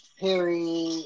Harry